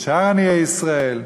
שאר עניי ישראל.